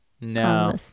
No